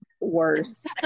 worse